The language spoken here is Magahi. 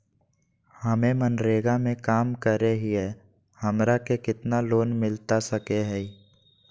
हमे मनरेगा में काम करे हियई, हमरा के कितना लोन मिलता सके हई?